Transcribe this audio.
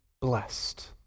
blessed